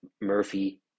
Murphy